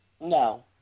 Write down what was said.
No